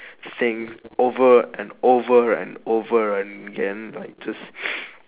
thing over and over and over again like just